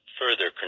further